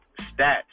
Stats